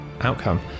outcome